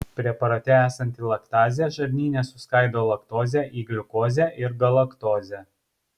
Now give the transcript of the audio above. preparate esanti laktazė žarnyne suskaido laktozę į gliukozę ir galaktozę